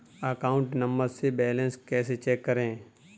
Account number से balance कैसे check करें?